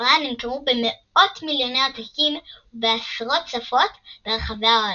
וספריה נמכרו במאות מיליוני עותקים בעשרות שפות ברחבי העולם.